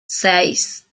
seis